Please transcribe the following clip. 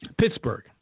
Pittsburgh